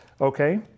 Okay